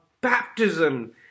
baptism